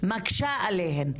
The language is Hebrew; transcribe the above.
מקשה עליהן,